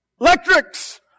electrics